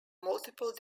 multiple